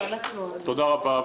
תודה רבה,